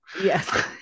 yes